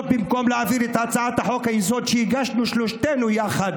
במקום להעביר את חוק-היסוד שהגשנו שלושתנו יחד,